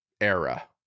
era